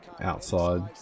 outside